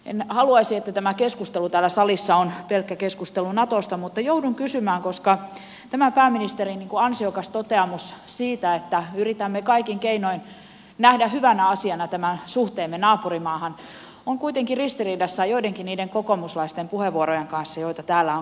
en haluaisi että tämä keskustelu täällä salissa on pelkkä keskustelu natosta mutta tämä pääministerin ansiokas toteamus siitä että yritämme kaikin keinoin nähdä hyvänä asiana tämän suhteemme naapurimaahan on kuitenkin ristiriidassa joidenkin niiden kokoomuslaisten puheenvuorojen kanssa joita täällä on käytetty